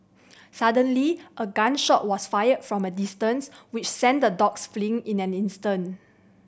suddenly a gun shot was fired from a distance which sent the dogs fleeing in an instant